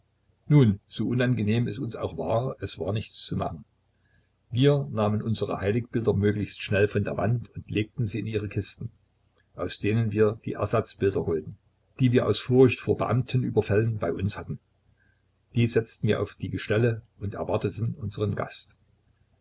nun so unangenehm es uns auch war es war nichts zu machen wir nahmen unsere heiligenbilder möglichst schnell von der wand und legten sie in ihre kisten aus denen wir die ersatzbilder holten die wir aus furcht vor beamtenüberfällen bei uns hatten diese setzten wir auf die gestelle und erwarteten unseren gast